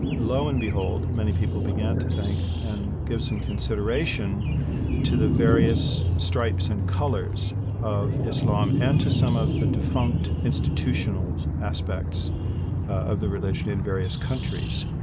lo and behold, many people began to think and give some consideration to the various stripes and colors of islam and to some of the defunct institutional aspects of the relation in various countries.